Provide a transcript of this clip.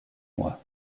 mois